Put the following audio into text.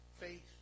faith